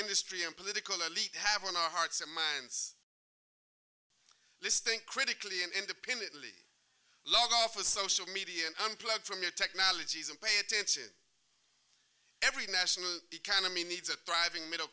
industry and political elite have on our hearts and minds let's think critically and independently log off a social media and unplug from your technologies and pay attention every national economy needs a thriving middle